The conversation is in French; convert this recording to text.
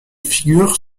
figures